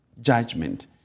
judgment